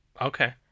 okay